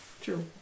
True